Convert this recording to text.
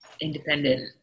independent